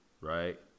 right